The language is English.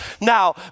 now